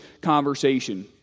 conversation